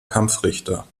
kampfrichter